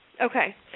Okay